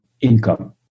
income